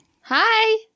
Hi